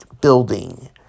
building